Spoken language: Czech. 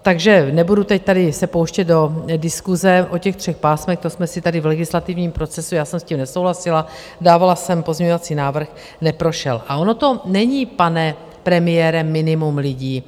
Takže nebudu se teď tady pouštět do diskuse o těch třech pásmech, to jsme si tady v legislativním procesu já jsem s tím nesouhlasila, dávala jsem pozměňovací návrh, neprošel a ono to není, pane premiére, minimum lidí.